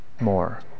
more